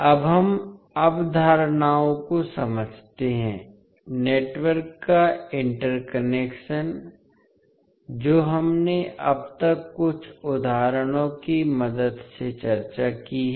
अब हम अवधारणाओं को समझते हैं नेटवर्क का इंटरकनेक्ट जो हमने अब तक कुछ उदाहरणों की मदद से चर्चा की है